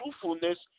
truthfulness